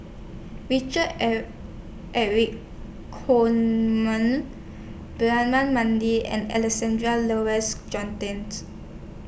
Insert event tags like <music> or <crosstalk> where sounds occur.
Richard <unintelligible> Eric Holttum Braema Mathi and Alexander Laurie's Johnston's